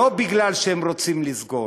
לא בגלל שהם רוצים לסגור,